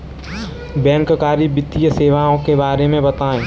बैंककारी वित्तीय सेवाओं के बारे में बताएँ?